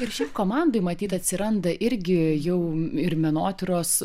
ir šiaip komandoj matyt atsiranda irgi jau ir menotyros